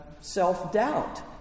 self-doubt